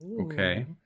Okay